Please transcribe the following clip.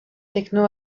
techno